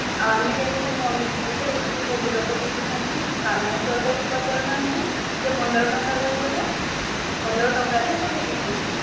ଆ ଆମେ କେମିତି କ'ଣ ବିକିବୁ ଯେ ଏଇଠି ତ ସବୁଲୋକ ବିକୁଛନ୍ତି ସାନ ଷ୍ଟଲ୍ଟା ବି ପଚାରୁ ନାହାନ୍ତି ସେ ପନ୍ଦର ଟଙ୍କା କହିବେ ପା ପନ୍ଦର ଟଙ୍କାରେ ହିଁ ସବୁ ବିକୁଛି